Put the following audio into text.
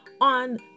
on